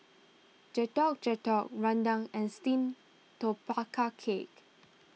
Getuk Getuk Rendang and Steamed Tapioca Cake